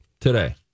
Today